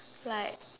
like